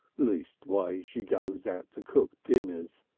leastways she goes out to cook dinners.